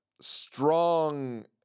strong